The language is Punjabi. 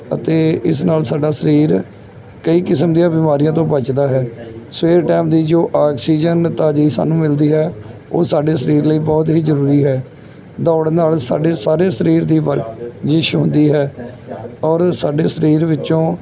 ਅਤੇ ਇਸ ਨਾਲ ਸਾਡਾ ਸਰੀਰ ਕਈ ਕਿਸਮ ਦੀਆਂ ਬਿਮਾਰੀਆਂ ਤੋਂ ਬਚਦਾ ਹੈ ਸਵੇਰ ਟਾਈਮ ਦੀ ਜੋ ਆਕਸੀਜਨ ਤਾਜ਼ੀ ਸਾਨੂੰ ਮਿਲਦੀ ਹੈ ਉਹ ਸਾਡੇ ਸਰੀਰ ਲਈ ਬਹੁਤ ਹੀ ਜ਼ਰੂਰੀ ਹੈ ਦੌੜਨ ਨਾਲ ਸਾਡੇ ਸਾਰੇ ਸਰੀਰ ਦੀ ਵਰਜਿਸ਼ ਹੁੰਦੀ ਹੈ ਔਰ ਸਾਡੇ ਸਰੀਰ ਵਿੱਚੋਂ